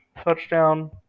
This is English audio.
Touchdown